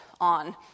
on